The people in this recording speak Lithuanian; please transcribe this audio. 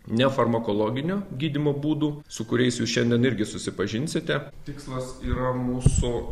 nefarmakologinių gydymo būdų su kuriais jūs šiandien irgi susipažinsite tikslas yra mūsų